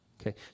okay